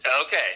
Okay